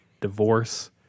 divorce